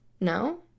No